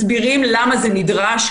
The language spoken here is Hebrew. מסבירים למה זה נדרש,